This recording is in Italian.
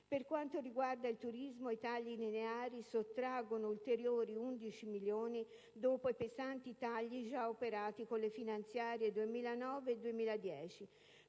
Per quanto riguarda il turismo, i tagli lineari sottraggono ulteriori 11 milioni dopo i pesanti tagli già operati con le finanziarie 2009 e 2010.